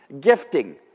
gifting